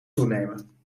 toenemen